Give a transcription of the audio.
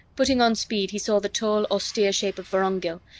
putting on speed, he saw the tall, austere shape of vorongil,